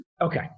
Okay